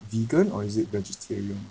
vegan or is it vegetarian